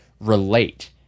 relate